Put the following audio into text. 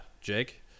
jake